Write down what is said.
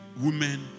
women